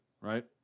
right